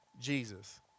Jesus